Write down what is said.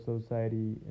society